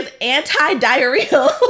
anti-diarrheal